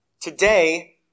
Today